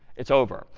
it's over.